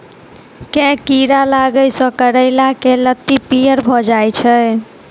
केँ कीड़ा लागै सऽ करैला केँ लत्ती पीयर भऽ जाय छै?